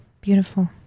Beautiful